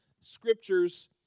scriptures